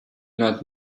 not